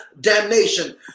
damnation